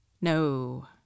no